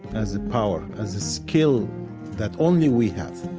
as a power, as a skill that only we have.